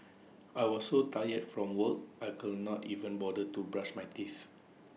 A smile can often lift up A weary spirit